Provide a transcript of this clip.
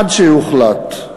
עד שיוחלט,